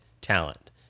talent